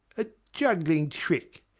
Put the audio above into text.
a juggling trick,